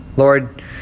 Lord